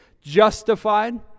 Justified